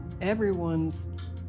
Everyone's